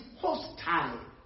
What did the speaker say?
hostile